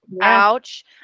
ouch